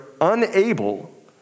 unable